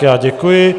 Já děkuji.